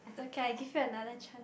it's okay I give you another chance